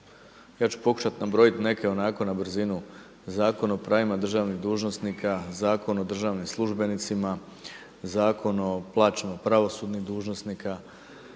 Ja ću pokušati nabrojati neke onako na brzinu, Zakon o pravima državnih dužnosnika, Zakon o državnim službenicima, Zakon o plaćama pravosudnih dužnosnika,